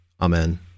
Amen